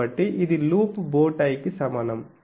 కాబట్టి ఇది లూప్ బో టై కి సమానం